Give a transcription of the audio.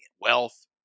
Wealth